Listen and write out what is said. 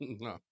No